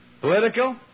political